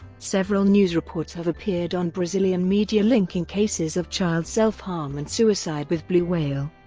several news reports have appeared on brazilian media linking cases of child self-harm and suicide with blue whale.